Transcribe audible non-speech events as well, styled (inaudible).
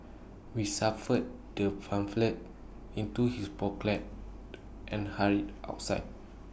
we suffer the pamphlet into his pocket (noise) and hurried outside